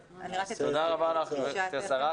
תודה רבה לך גברתי השרה.